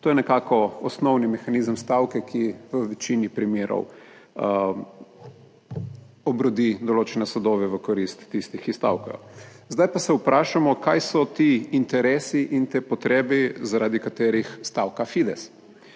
To je nekako osnovni mehanizem stavke, ki v večini primerov obrodi določene sadove v korist tistih, ki stavkajo. Zdaj pa se vprašamo, kaj so ti interesi in te potrebe, zaradi katerih stavka Fides.